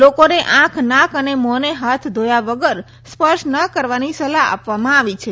લોકોને આંખ નાક અને મોંને હાથ ધોયા વગર સ્પર્શ ન કરવાની સલાહ આપવામાં આવી છે